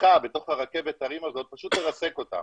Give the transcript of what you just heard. שפתיחה בתוך רכבת ההרים הזאת פשוט תרסק אותם.